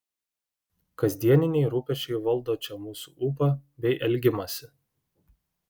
kasdieniniai rūpesčiai valdo čia mūsų ūpą bei elgimąsi